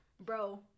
bro